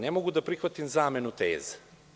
Ne mogu da prihvatim zamenu teza.